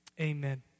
amen